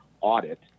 audit